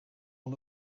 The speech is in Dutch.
van